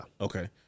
Okay